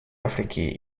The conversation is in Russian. африки